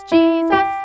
Jesus